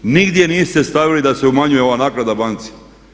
Nigdje niste stavili da se umanjuje ova naknada banci.